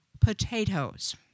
potatoes